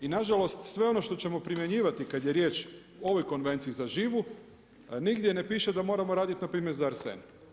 I na žalost sve ono što ćemo primjenjivati kada je riječ o ovoj Konvenciji za živu nigdje ne piše da moramo raditi na primjer za arsen.